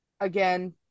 again